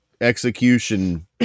execution